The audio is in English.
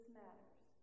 matters